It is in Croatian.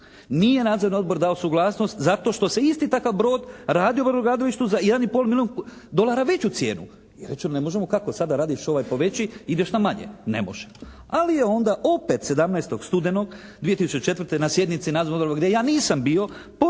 Nije nadzorni odbor dao suglasnost zato što se isti takav brod radi u brodogradilištu za 1,5 milijun dolara veću cijenu i rečeno je ne možemo, kako sada radiš ovaj po veći, ideš na manje. Ne može. Ali je onda opet 17. studenoga 2004. na sjednici nadzornog odbora gdje ja nisam bio